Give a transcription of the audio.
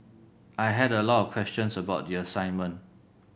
I had a lot of questions about the assignment